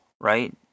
right